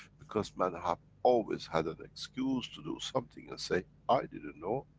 because man have always had an excuse to do something and say, i didn't know,